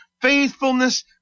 faithfulness